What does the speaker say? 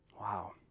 Wow